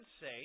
say